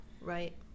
Right